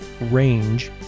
range